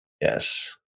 Yes